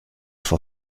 vor